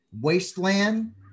Wasteland